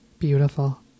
Beautiful